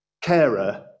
carer